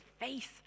face